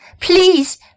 Please